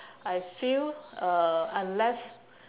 I feel uh unless